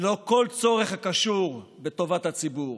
ללא כל צורך הקשור בטובת הציבור.